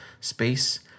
space